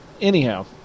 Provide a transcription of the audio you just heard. anyhow